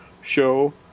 show